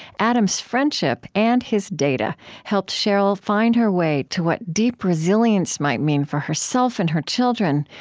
adam's friendship and his data helped sheryl find her way to what deep resilience might mean for herself and her children,